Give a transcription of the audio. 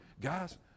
guys